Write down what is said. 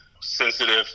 sensitive